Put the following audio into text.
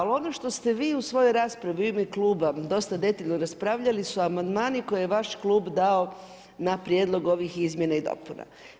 Ali ono što ste vi u svojoj raspravi u ime kluba doista detaljno raspravljali su amandmani koje je vaš klub dao na prijedlog ovih izmjena i dopuna.